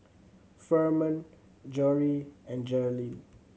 Furman Jory and Jerrilyn